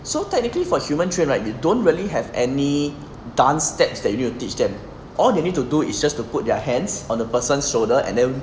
so technically for human train right you don't really have any dance steps that you need to teach them all you need to do is just to put their hands on the person shoulder and then